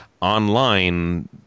online